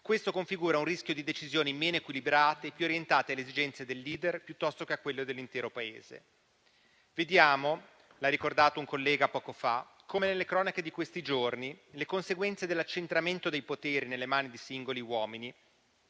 Questo configura un rischio di decisioni meno equilibrate e più orientate alle esigenze del *leader* piuttosto che a quelle dell'intero Paese. Vediamo - l'ha ricordato un collega poco fa - nelle cronache di questi giorni le conseguenze dell'accentramento dei poteri nelle mani di singoli uomini.